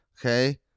okay